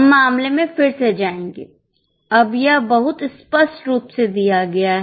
हम मामले में फिर से जाएंगे अब यह बहुत स्पष्ट रूप से दिया गया है